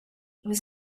was